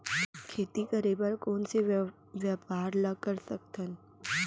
खेती करे बर कोन से व्यापार ला कर सकथन?